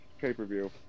pay-per-view